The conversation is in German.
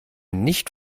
nicht